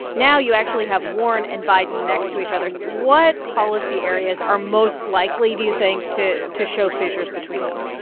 now you actually have warren and biden next to each other. what policy areas are most likely, do you think, to to show fissures between them?